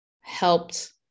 helped